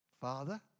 Father